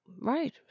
Right